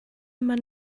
man